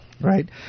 Right